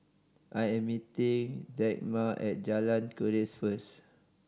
I am meeting Dagmar at Jalan Keris first